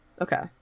Okay